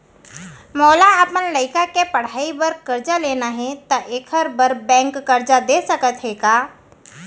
मोला अपन लइका के पढ़ई बर करजा लेना हे, त एखर बार बैंक करजा दे सकत हे का?